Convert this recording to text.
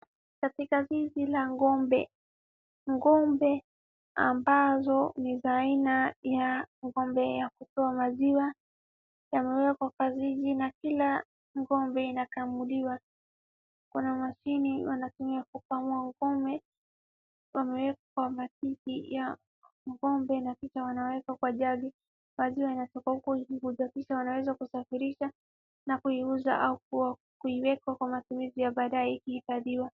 Katika zizi la ng'ombe, ng'ombe ambazo ni za aina ya ng'ombe ya kutoa maziwa yamewekwa kwa zizi na kila ng'ombe inakamuliwa, kuna mashine wanatumia kukamua ng'ombe wameeka kwa matiti ya ng'ombe na kisha inawekwa kwa jagi, maziwa inatoka huko juu, wanasafisha, wanaweza kusafirisha na kuiuza au kuiweka kwa matumizi ya baadaye ikihifadhiwa.